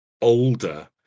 older